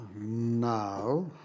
Now